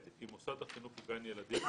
אם מוסד החינוך הוא גן ילדים,